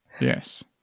Yes